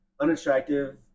unattractive